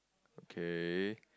okay